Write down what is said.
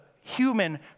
human